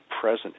present